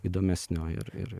įdomesnio ir ir